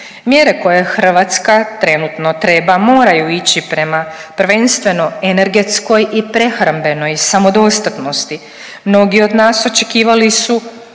Mjere koje Hrvatska trenutno treba moraju ići prema prvenstveno energetskoj i prehrambenoj samodostatnosti. Mnogi od nas očekivali su